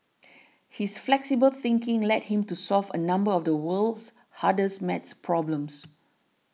his flexible thinking led him to solve a number of the world's hardest math problems